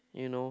you know